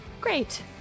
Great